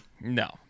No